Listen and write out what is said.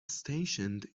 stationed